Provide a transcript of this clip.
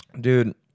Dude